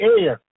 air